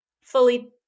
fully